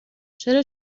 چرا